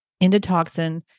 endotoxin